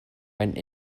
went